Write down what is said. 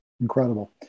Incredible